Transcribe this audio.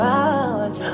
hours